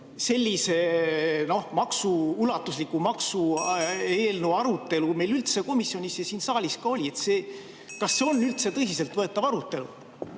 sellise ulatusliku maksueelnõu arutelu meil komisjonis ja siin saalis on olnud. Kas see on olnud üldse tõsiseltvõetav arutelu?